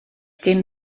dim